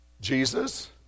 Jesus